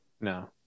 No